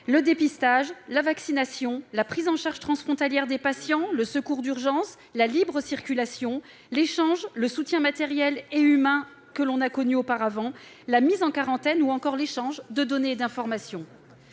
de dépistage et de vaccination, la prise en charge transfrontalière des patients, les secours d'urgence, la libre circulation, l'échange et le soutien matériel et humain, la mise en quarantaine ou encore l'échange de données et d'informations.